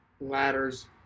ladders